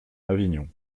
avignon